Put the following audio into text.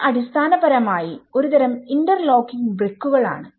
ഇത് അടിസ്ഥാനപരമായി ഒരു തരം ഇന്റർലോക്കിങ് ബ്രിക്കുകൾ ആണ്